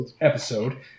episode